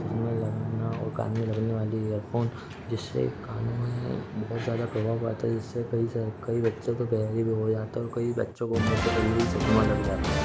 चश्मे लगाना और कान में लगने वाले इयरफ़ोन जिससे कानों में बहुत ज़्यादा प्रभाव पड़ता है जिससे कई सारे कई बच्चे तो बहरे भी हो जाते और कई बच्चों को उम्र से पहले ही चश्मा लग जाता है